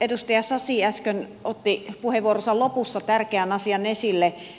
edustaja sasi äsken otti puheenvuoronsa lopussa tärkeän asian esille